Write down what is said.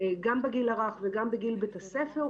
גם בגיל הרך וגם בגיל בית הספר,